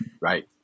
Right